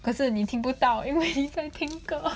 可是你听不到因为听歌